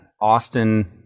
Austin